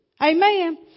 Amen